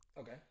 Okay